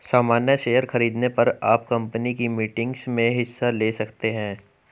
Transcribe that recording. सामन्य शेयर खरीदने पर आप कम्पनी की मीटिंग्स में हिस्सा ले सकते हैं